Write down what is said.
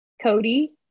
Cody